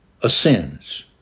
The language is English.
ascends